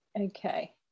Okay